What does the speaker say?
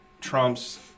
Trump's